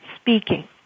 speaking